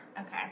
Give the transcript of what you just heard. Okay